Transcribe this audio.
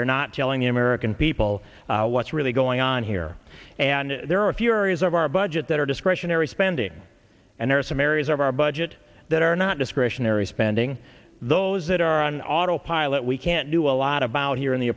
you're not telling the american people what's really going on here and there are a few areas of our budget that are discretionary spending and there are some areas of our budget that are not discretionary spending those that are on autopilot we can't do a lot about here in the